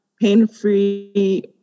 pain-free